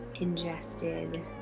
ingested